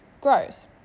grows